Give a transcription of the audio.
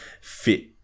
fit